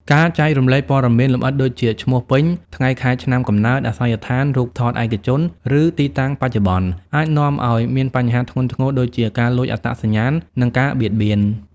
ការចែករំលែកព័ត៌មានលម្អិតដូចជា ឈ្មោះពេញ ថ្ងៃខែឆ្នាំកំណើត អាសយដ្ឋាន រូបថតឯកជន ឬទីតាំងបច្ចុប្បន្ន អាចនាំឲ្យមានបញ្ហាធ្ងន់ធ្ងរដូចជា ការលួចអត្តសញ្ញាណ និងការបៀតបៀន។